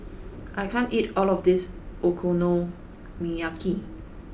I can't eat all of this Okonomiyaki